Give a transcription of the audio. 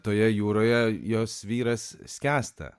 toje jūroje jos vyras skęsta